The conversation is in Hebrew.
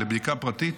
לבדיקה פרטית.